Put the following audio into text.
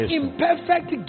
imperfect